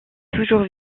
toujours